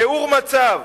תיאור מצב.